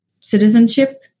citizenship